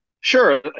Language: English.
Sure